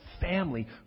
family